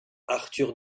arthur